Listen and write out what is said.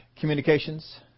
communications